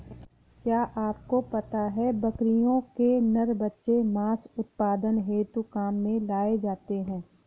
क्या आपको पता है बकरियों के नर बच्चे मांस उत्पादन हेतु काम में लाए जाते है?